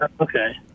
okay